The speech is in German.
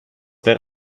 wäre